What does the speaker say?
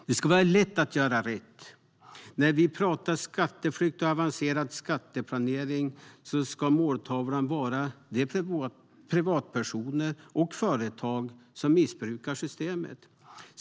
Det ska vara lätt att göra rätt. När vi pratar om skatteflykt och avancerad skatteplanering ska måltavlan vara de privatpersoner och företag som missbrukar systemet.